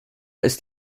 ist